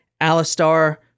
Alistar